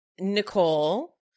Nicole